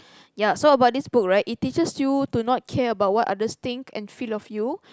ya so about this book right it teaches you to not care about what others think and feel of you